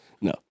No